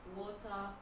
water